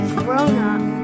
grown-up